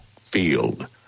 Field